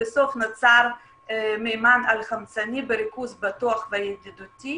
בסוף נוצר מימן על-חמצני בריכוז בטוח וידידותי